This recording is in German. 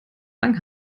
lang